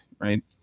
Right